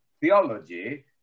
theology